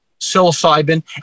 psilocybin